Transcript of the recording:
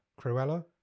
Cruella